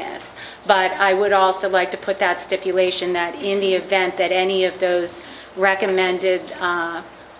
this but i would also like to put that stipulation that in the event that any of those recommended